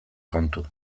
kontu